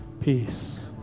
Peace